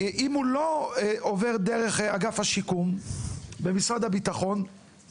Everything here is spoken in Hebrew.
אם הוא לא עובר דרך אגף השיקום במשרד הביטחון,